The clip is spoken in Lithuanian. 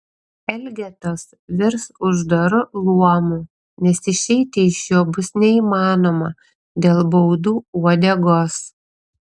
elgetos virs uždaru luomu nes išeiti iš jo bus neįmanoma dėl baudų uodegos